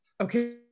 okay